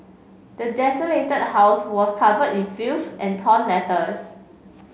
the desolated house was covered in filth and torn letters